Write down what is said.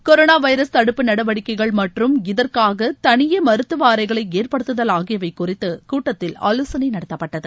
corona virus தடுப்பு நடவடிக்கைகள் மற்றும் இதற்காக தளியே மருத்துவ அறைகளை ஏற்படுத்துதல் ஆகியவை குறித்து கூட்டத்தில் ஆலோசனை நடத்தப்பட்டது